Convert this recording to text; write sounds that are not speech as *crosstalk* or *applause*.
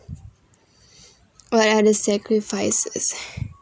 *breath* what are the sacrifices